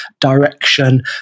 direction